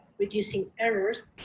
reducing errors,